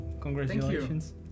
Congratulations